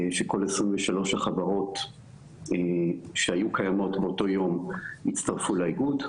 שכל 23 החברות שהיו קיימות באותו יום הצטרפו לאיגוד,